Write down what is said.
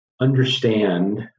understand